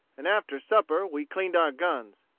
and after supper we cleaned our guns.